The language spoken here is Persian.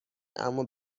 اما